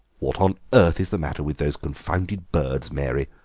what on earth is the matter with those confounded birds, mary?